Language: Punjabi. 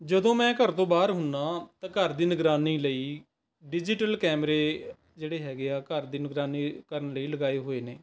ਜਦੋਂ ਮੈਂ ਘਰ ਤੋਂ ਬਾਹਰ ਹੁੰਦਾ ਤਾਂ ਘਰ ਦੀ ਨਿਗਰਾਨੀ ਲਈ ਡਿਜੀਟਲ ਕੈਮਰੇ ਜਿਹੜੇ ਹੈਗੇ ਆ ਘਰ ਦੀ ਨਿਗਰਾਨੀ ਕਰਨ ਲਈ ਲਗਾਏ ਹੋਏ ਨੇ